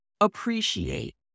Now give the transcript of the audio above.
appreciate